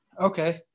Okay